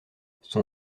son